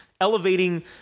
elevating